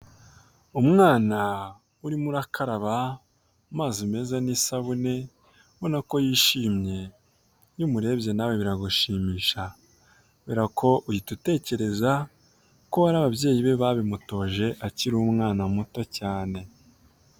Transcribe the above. Umwana urimo urakaraba amazi meza n'isabune ubona ko yishimye, iyo umurebye nawe biragushimisha, kubera ko uhita utekereza ko hari ababyeyi be babimutoje akiri umwana muto cyane.